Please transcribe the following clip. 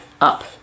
up